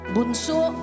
Bunso